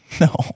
No